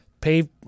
Pay